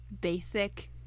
basic